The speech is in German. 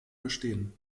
bestehen